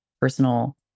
personal